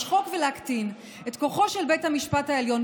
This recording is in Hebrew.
לשחוק ולהקטין את כוחו של בית המשפט העליון,